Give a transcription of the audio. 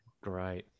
Great